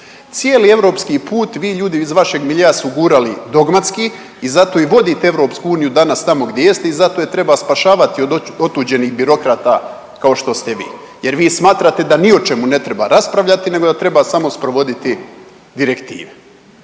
Cijeli europski put vi, ljudi iz vašeg miljea su gurali dogmatski i zato i vodite EU tamo gdje jeste i zato je treba spašavati od otuđenih birokrata kao što ste vi. Jer vi smatrate da ni o čemu ne treba raspravljati nego da treba samo sprovoditi direktive.